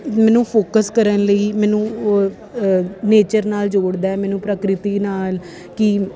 ਮੈਨੂੰ ਫੋਕਸ ਕਰਨ ਲਈ ਮੈਨੂੰ ਨੇਚਰ ਨਾਲ ਜੋੜਦਾ ਮੈਨੂੰ ਪ੍ਰਕ੍ਰਿਤੀ ਨਾਲ ਕਿ